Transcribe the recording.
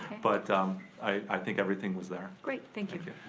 but um i think everything was there. great, thank like you.